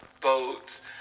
boats